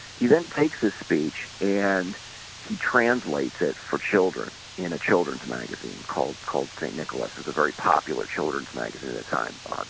he then takes his speech and he translates it for children in a children's magazine called called st. nicholas's very popular children's magazine at that time, um